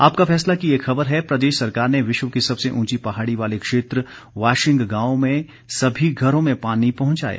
आपका फैसला की एक खबर है प्रदेश सरकार ने विश्व की सबसे उंची पहाड़ी वाले क्षेत्र वाशिंग गांव में सभी घरों में पानी पहुंचाया